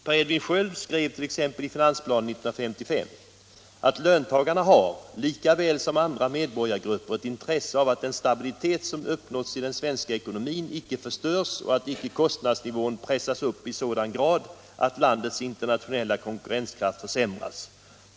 Per Edvin Sköld skrev i finansplanen 1955: ”Löntagarna har, lika väl som andra medborgargrupper, ett intresse av att den stabilitet, som uppnåtts i den svenska ekonomin icke förstörs och att icke kostnadsnivån pressas upp i sådan grad att landets internationella konkurrenskraft försämras.